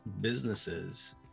businesses